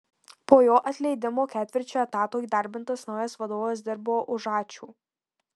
po jo atleidimo ketvirčiu etato įdarbintas naujas vadovas dirbo už ačiū